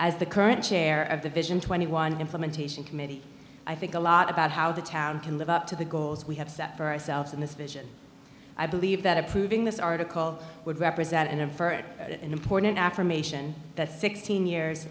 as the current chair of the vision twenty one implementation committee i think a lot about how the town can live up to the goals we have set for ourselves in this vision i believe that approving this article would represent and avert an important affirmation that sixteen years